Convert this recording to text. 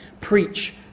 preach